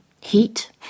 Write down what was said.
Heat